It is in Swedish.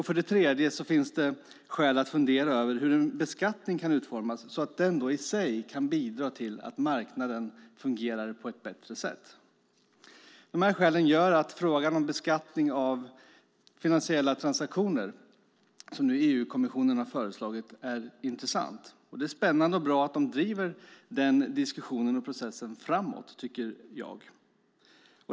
För det tredje finns det skäl att fundera över hur en beskattning kan utformas så att den i sig kan bidra till att marknaden fungerar på ett bättre sätt. De här skälen gör att frågan om beskattning av finansiella transaktioner, som EU-kommissionen nu har föreslagit, är intressant. Det är spännande och bra att de driver den diskussionen och processen framåt, tycker jag.